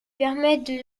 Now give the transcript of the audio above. permettent